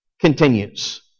continues